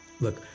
look